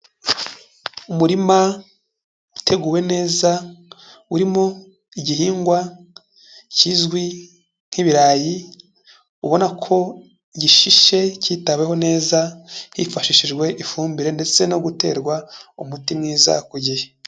Umurima uteguwe neza urimo igihingwa kizwi nk'ibirayi, ubona ko gishishe kitaweho neza, hifashishijwe ifumbire ndetse no guterwa umuti mwiza ku gihe.